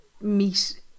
meet